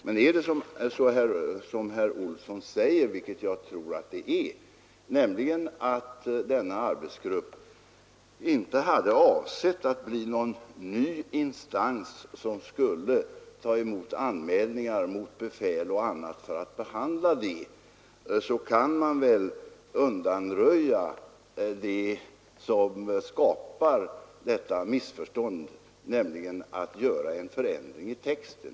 Men är det så som herr Olsson säger, vilket jag tror att det är, nämligen att denna arbetsgrupp inte hade avsett att bli någon ny instans som skulle ta emot anmälningar mot befäl m.fl. för att behandla "dem, kan man väl undanröja det som skapar detta missförstånd genom att göra en ändring i texten.